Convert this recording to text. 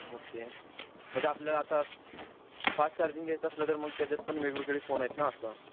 okay म्हणजे आपल्याला आता फास्ट चार्जिंग घ्यायचं असलं तर मग त्याच्यात पण वेगवेगळे फोन आहेत ना असं